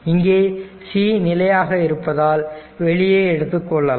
இங்கே c நிலையாக இருப்பதால் வெளியே எடுத்துக் கொள்ளலாம்